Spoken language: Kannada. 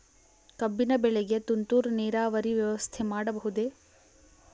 ಕಬ್ಬಿನ ಬೆಳೆಗೆ ತುಂತುರು ನೇರಾವರಿ ವ್ಯವಸ್ಥೆ ಮಾಡಬಹುದೇ?